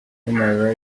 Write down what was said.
human